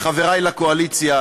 וחברי לקואליציה,